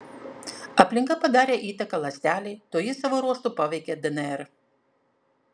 aplinka padarė įtaką ląstelei toji savo ruožtu paveikė dnr